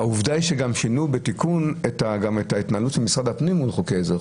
העובדה היא ששינו בתיקון גם את ההתנהלות של משרד הפנים מול חוקי עזר,